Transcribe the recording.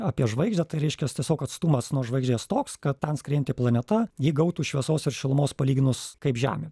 apie žvaigždę tai reiškias tiesiog atstumas nuo žvaigždės toks kad ten skriejanti planeta ji gautų šviesos ir šilumos palyginus kaip žemė